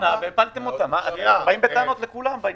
יכול להיות שהתקנות טובות יותר,